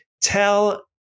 Tell